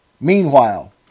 Meanwhile